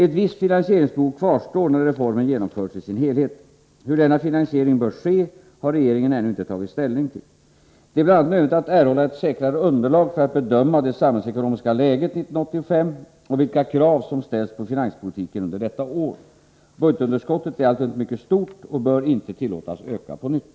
Ett visst finansieringsbehov kvarstår när reformen genomförts i sin helhet. Hur denna finansiering bör ske har regeringen ännu inte tagit ställning till. Det är bl.a. nödvändigt att erhålla ett säkrare underlag för att bedöma det samhällsekonomiska läget 1985 och vilka krav som ställs på finanspolitiken under detta år. Budgetunderskottet är alltjämt mycket stort och bör inte tillåtas öka på nytt.